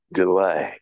delay